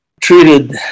treated